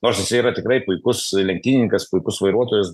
nors jisai yra tikrai puikus lenktynininkas puikus vairuotojas